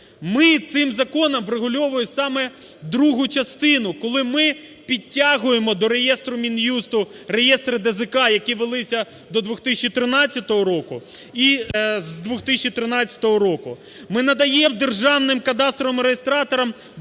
Ми цим законом врегульовуємо саме другу частину, коли ми підтягуємо до реєстру Мін'юсту реєстри ДЗК, які велися до 2013 року і з 2013 року. Ми надаємо державним кадастровим реєстраторам